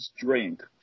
drink